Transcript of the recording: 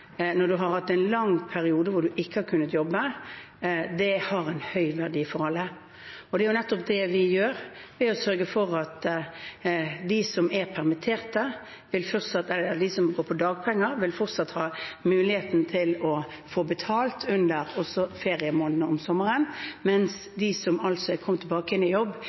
når du har hatt en lang periode hvor du ikke har kunnet jobbe, har en høy verdi for alle. Det er nettopp det vi gjør ved å sørge for at de som går på dagpenger, fortsatt vil ha muligheten til å få betalt også under feriemånedene om sommeren. De som er kommet tilbake igjen i jobb,